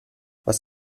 was